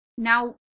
Now